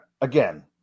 again